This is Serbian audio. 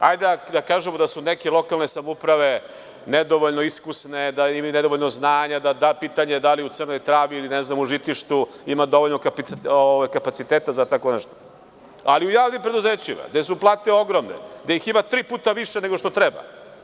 Hajde da kažemo da su neke lokalne samouprave nedovoljno iskusne, da imaju nedovoljno znanja, pitanje da li u Crnoj Travi, ili ne znam u Žitištu ima dovoljno kapaciteta za tako nešto, ali u javnim preduzećima, gde su plate ogromne, gde ih ima tri puta više nego što treba.